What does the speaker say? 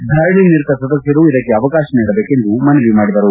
ಧರಣಿ ನಿರತ ಸದಸ್ಯರು ಇದಕ್ಕೆ ಅವಕಾಶ ನೀಡಬೇಕೆಂದು ಮನವಿ ಮಾಡಿದರು